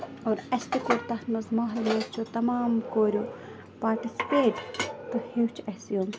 اور اسہِ تہِ کوٚر تَتھ مںٛز مٔحلوٕچو تَمام کوریٚو پارٹِسِپیٹ تہٕ ہیٚوچھ اسہِ یِم